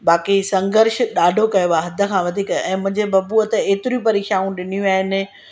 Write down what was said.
बाक़ी संघर्ष ॾाढो कयो आहे हदि खां वधीक ऐं मुंहिंजे बबुअ त एतिरियूं परीक्षाऊं ॾिनियूं आहिनि